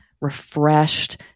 refreshed